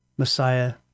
Messiah